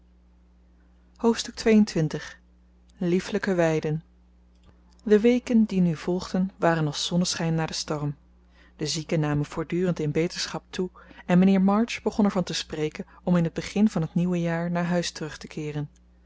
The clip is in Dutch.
hoofdstuk xxii liefelijke weiden de weken die nu volgden waren als zonneschijn na den storm de zieken namen voortdurend in beterschap toe en mijnheer march begon er van te spreken om in het begin van het nieuwe jaar naar huis terug te keeren